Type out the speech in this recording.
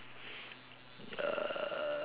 uh